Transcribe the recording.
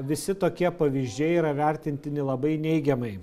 visi tokie pavyzdžiai yra vertintini labai neigiamai